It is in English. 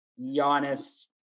Giannis